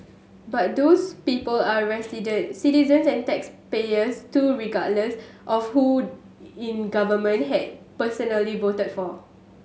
but those people are citizens and taxpayers too regardless of who in government personally voted for